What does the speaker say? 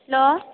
hello